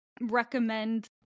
recommend